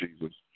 Jesus